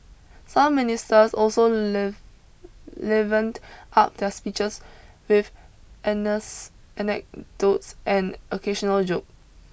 some ministers also live livened up their speeches with anecdotes and occasional joke